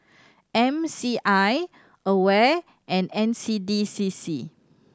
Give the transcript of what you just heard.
M C I AWARE and N C D C C